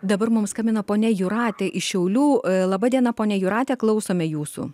dabar mums skambina ponia jūratė iš šiaulių laba diena ponia jūratė klausome jūsų